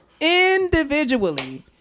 individually